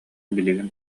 билигин